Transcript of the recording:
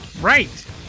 Right